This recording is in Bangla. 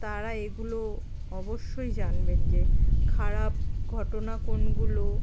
তারা এগুলো অবশ্যই জানবেন যে খারাপ ঘটনা কোনগুলো